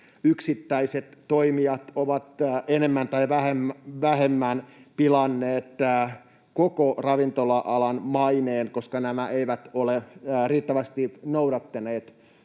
yksittäiset toimijat ovat enemmän tai vähemmän pilanneet koko ravintola-alan maineen, koska nämä eivät ole riittävästi noudattaneet